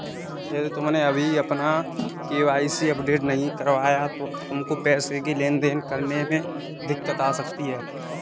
यदि तुमने अभी अपना के.वाई.सी अपडेट नहीं करवाया तो तुमको पैसों की लेन देन करने में दिक्कत आ सकती है